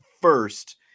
first